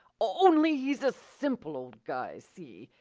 only, he's a simple old guy, see?